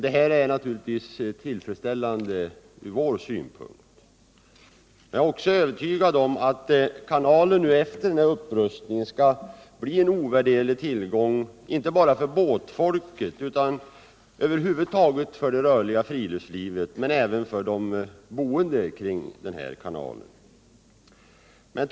Detta är naturligtvis tillfredsställande från vår synpunkt. Jag är övertygad om att kanalen efter denna upprustning skall bli en ovärderlig tillgång inte bara för båtfolket och över huvud taget för det rörliga friluftslivet utan också för de kring kanalen boende.